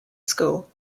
school